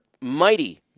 mighty